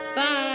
Bye